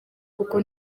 kuko